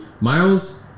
Miles